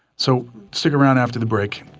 so stick around after the break.